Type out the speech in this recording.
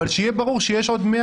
אבל שיהיה ברור שיש עוד 100,